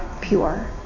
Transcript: pure